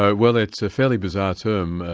ah well it's a fairly bizarre term,